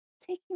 taking